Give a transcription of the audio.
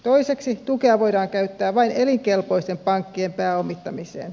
toiseksi tukea voidaan käyttää vain elinkelpoisten pankkien pääomittamiseen